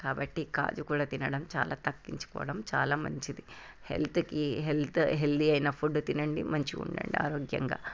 కాబట్టి కాజు కూడా తినడం చాలా తగ్గించుకోవడం చాలా మంచిది హెల్త్కి హెల్త్ హెల్ది అయిన ఫుడ్ తినండి మంచిగా ఉండండి ఆరోగ్యంగా